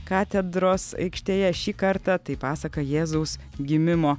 katedros aikštėje šį kartą tai pasaka jėzaus gimimo